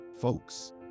Folks